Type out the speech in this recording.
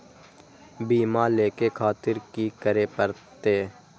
बीमा लेके खातिर की करें परतें?